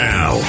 Now